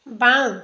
বাওঁ